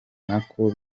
nako